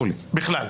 בכלל?